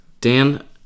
Dan